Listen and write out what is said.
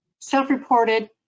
Self-reported